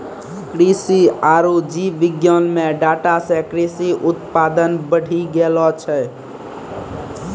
कृषि आरु जीव विज्ञान मे डाटा से कृषि उत्पादन बढ़ी गेलो छै